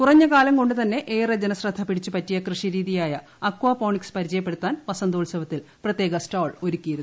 കുറഞ്ഞകാലം കൊണ്ടുതന്നെ ഏറെ ജനശ്രദ്ധ പിടിച്ചുപറ്റിയ കൃഷിരീതിയായ അകാപ്പോണ്ടിക്സ് പരിചയപ്പെടുത്താൻ വസന്തോത്സവത്തിൽ പ്രത്യേക സ്റ്റാർ ഒരുക്കിയിരുന്നു